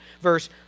verse